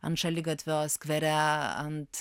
ant šaligatvio skvere ant